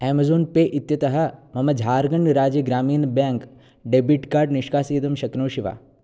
Amazon pay इत्यतः मम झार्गण्राज्य ग्रामीणः ब्याङ्क् डेबिट् कार्ड् निष्कासयितुं शक्नोषि वा